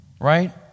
Right